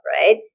right